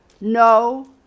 No